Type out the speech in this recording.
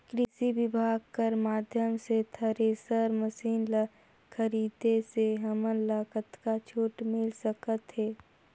कृषि विभाग कर माध्यम से थरेसर मशीन ला खरीदे से हमन ला कतका छूट मिल सकत हे?